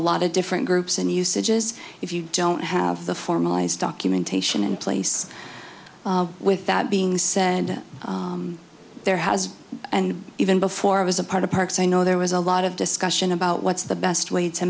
lot of different groups and usages if you don't have the formalized documentation in place with that being said there has and even before i was a part of parkes i know there was a lot of discussion about what's the best way to